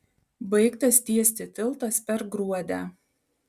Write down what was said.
baigtas tiesti tiltas per gruodę